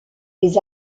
les